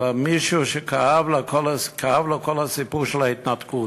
אלא מישהו שכאב לו כל הסיפור של ההתנתקות.